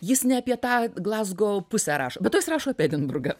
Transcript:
jis ne apie tą glazgo pusę rašo be to jis rašo apie edinburgą